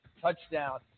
touchdown